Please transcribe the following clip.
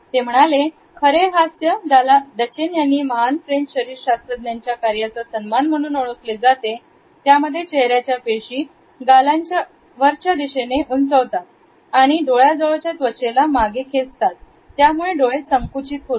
ते म्हणाले खरे हास्य ज्याला डचेन यां महान फ्रेंच शरीर शास्त्रज्ञांच्या कार्याचा सन्मान म्हणून ओळखले जाते त्यामध्ये चेहऱ्याच्या पेशी गालांना वरच्या दिशेने उंच होतात आणि डोळ्या जवळच्या त्वचेला मागे खेळतात त्यामुळे डोळे संकुचित होतात